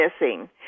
missing